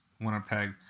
Winnipeg